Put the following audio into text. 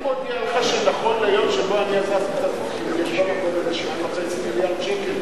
אני מודיע לך שנכון ליום שבו אני עזבתי את התפקיד יש 2.5 מיליארד שקל,